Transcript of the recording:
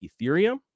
Ethereum